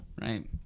Right